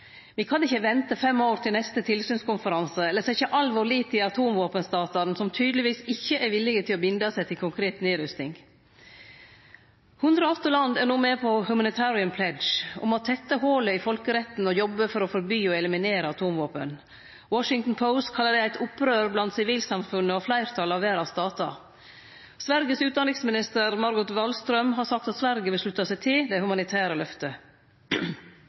kan ikkje vente fem år, til neste tilsynskonferanse, eller setje all vår lit til atomvåpenstatane, som tydelegvis ikkje er villige til å binde seg til konkret nedrusting. 108 land er no med på Humanitarian Pledge, om å tette holet i folkeretten og jobbe for å forby og eliminere atomvåpen. Washington Post kallar det eit «opprør» blant sivilsamfunnet og fleirtalet av verdas statar. Sveriges utanriksminister, Margot Wallström, har sagt at Sverige vil slutte seg til det humanitære løftet.